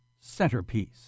Centerpiece